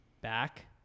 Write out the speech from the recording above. Back